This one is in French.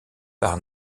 par